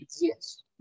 yes